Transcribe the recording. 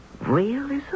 Realism